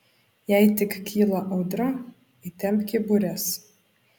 jei tik kyla audra įtempki bures